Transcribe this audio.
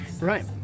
Right